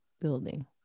building